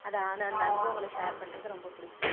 அது அந்த அந்த அனுபவங்களை ஷேர் பண்ணுறது ரொம்ப பிடிக்கும்